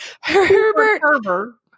Herbert